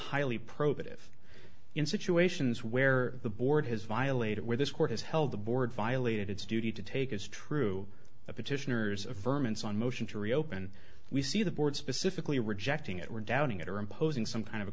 highly probative in situations where the board has violated where this court has held the board violated its duty to take as true a petitioners a verminous on motion to reopen we see the board specifically rejecting it were doubting it or imposing some kind of a